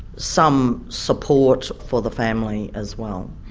some support for the family as well.